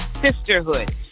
sisterhood